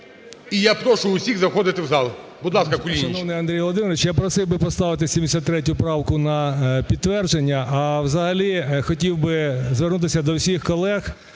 І я прошу всіх заходити в зал. Будь ласка, Кулуніч.